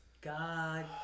God